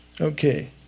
Okay